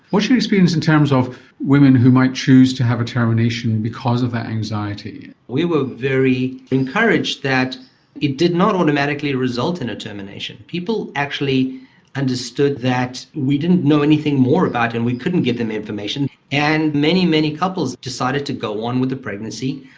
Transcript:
what's your experience in terms of women who might choose to have a termination because of that anxiety? we were very encouraged that it did not automatically result in a termination. people actually understood that we didn't know anything more about it and we couldn't give them information, and many, many couples decided to go on with the pregnancy.